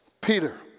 Peter